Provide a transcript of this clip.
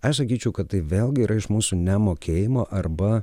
aš sakyčiau kad tai vėlgi yra iš mūsų nemokėjimo arba